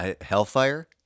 hellfire